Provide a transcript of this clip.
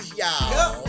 y'all